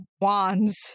wands